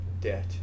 debt